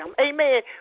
Amen